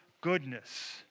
goodness